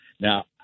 Now